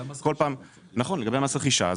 נכון, לגבי מס הרכישה.